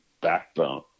backbone